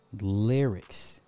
Lyrics